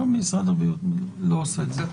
לא, משרד הבריאות לא עושה את זה.